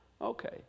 okay